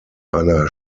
einer